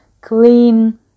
clean